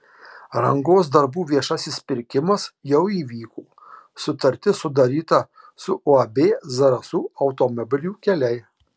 rangos darbų viešasis pirkimas jau įvyko sutartis sudaryta su uab zarasų automobilių keliai